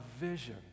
vision